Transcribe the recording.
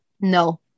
No